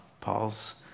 Paul's